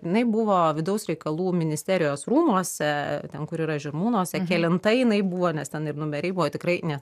jinai buvo vidaus reikalų ministerijos rūmuose ten kur yra žirmūnuose kelinta jinai buvo nes ten ir numeriai buvo tikrai ne